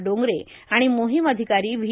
डोंगरे आणि मोहिम अधिकारी व्ही